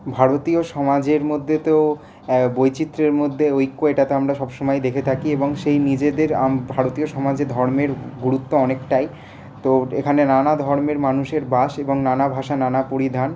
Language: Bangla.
ভারতীয় সমাজের মধ্যে তো বৈচিত্র্যের মধ্যে ঐক্য এটা তো আমরা সব সময়ই দেখে থাকি এবং সেই নিজেদের ভারতীয় সমাজে ধর্মের গুরুত্ব অনেকটাই তো এখানে নানা ধর্মের মানুষের বাস এবং নানা ভাষা নানা পরিধান